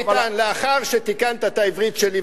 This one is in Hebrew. לאחר שתיקנת את העברית שלי,